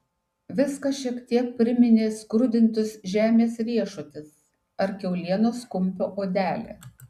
viskas šiek tiek priminė skrudintus žemės riešutus ar kiaulienos kumpio odelę